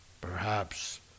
Perhaps